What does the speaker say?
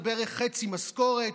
זה בערך חצי משכורת,